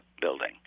building